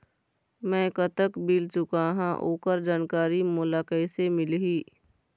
मैं कतक बिल चुकाहां ओकर जानकारी मोला कइसे मिलही?